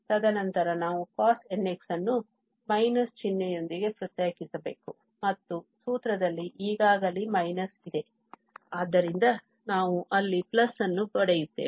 ತದನಂತರ ನಾವು cosnx ಅನ್ನು ಚಿಹ್ನೆಯೊಂದಿಗೆ ಪ್ರತ್ಯೇಕಿಸಬೇಕು ಮತ್ತು ಸೂತ್ರದಲ್ಲಿ ಈಗಾಗಲೇ ಇದೆ ಆದ್ದರಿಂದ ನಾವು ಅಲ್ಲಿ ಅನ್ನು ಪಡೆಯುತ್ತೇವೆ